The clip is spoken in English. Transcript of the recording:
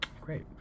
Great